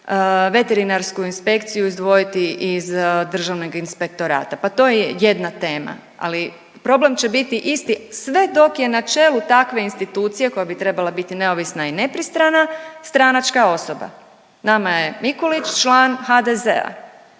veterinarsku inspekciju izdvojiti iz Državnog inspektorata. Pa to je jedna tema, ali problem će biti isti sve dok je na čelu takve institucije koja bi trebala biti neovisna i nepristrana stranačka osoba. Nama je Mikulić član HDZ-a